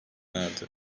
erdi